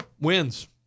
wins